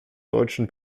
deutschen